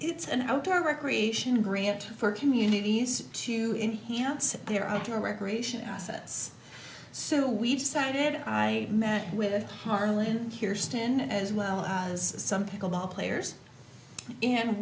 it's an outdoor recreation grant for communities to enhanced their outdoor recreation assets so we decided i met with harley kiersten as well as some pickle ball players and